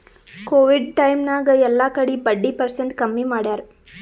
Covid time ನಾಗ್ ಎಲ್ಲಾ ಕಡಿ ಬಡ್ಡಿ ಪರ್ಸೆಂಟ್ ಕಮ್ಮಿ ಮಾಡ್ಯಾರ್